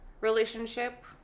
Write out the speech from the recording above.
relationship